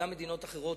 גם מדינות אחרות,